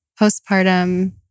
postpartum